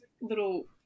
little